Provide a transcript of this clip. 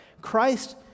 Christ